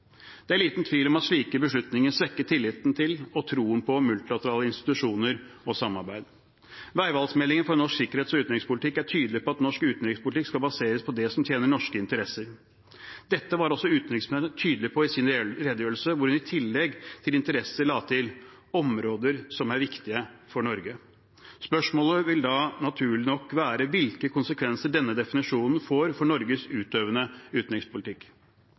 Det er liten tvil om at slike beslutninger svekker tilliten til og troen på multilaterale institusjoner og samarbeid. Veivalgsmeldingen om norsk sikkerhets- og utenrikspolitikk er tydelig på at norsk utenrikspolitikk skal baseres på det som tjener norske interesser. Dette var også utenriksministeren tydelig på i sin redegjørelse, hvor hun i tillegg til interesser la til: «områder som er viktige for Norge». Spørsmålet vil naturlig nok være hvilke konsekvenser denne definisjonen får for Norges utøvende utenrikspolitikk.